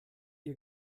ihr